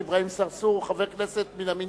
השיח' אברהים צרצור הוא חבר כנסת מהמניין,